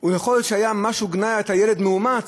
יכול להיות שהיה משהו של גנאי: אתה ילד מאומץ,